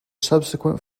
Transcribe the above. subsequent